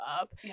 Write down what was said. up